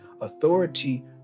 authority